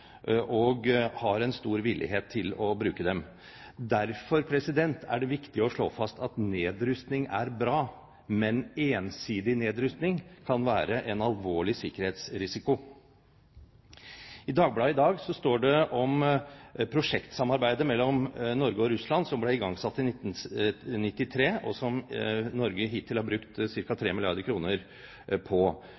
og har stor villighet til å bruke dem. Derfor er det viktig å slå fast at nedrustning er bra, men ensidig nedrustning kan være en alvorlig sikkerhetsrisiko. I Dagbladet i dag står det om et prosjektsamarbeid mellom Norge og Russland som ble igangsatt i 1993, og som Norge hittil har brukt